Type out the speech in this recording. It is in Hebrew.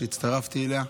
שהצטרפתי אליה.